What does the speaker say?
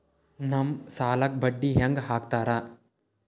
ನಮ್ ಸಾಲಕ್ ಬಡ್ಡಿ ಹ್ಯಾಂಗ ಹಾಕ್ತಾರ?